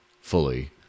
fully